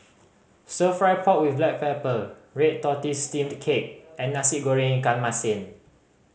Stir Fry pork with black pepper red tortoise steamed cake and Nasi Goreng ikan masin